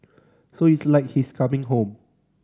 so it's like he's coming home